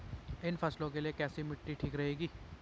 इन फसलों के लिए कैसी मिट्टी ठीक रहेगी?